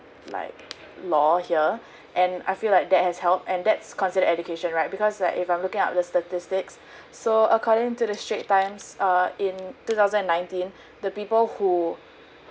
like law here and I feel like that has help and that's considered education right because like if I'm look at the statistics so according to the straits times err in two thousand and nineteen the people who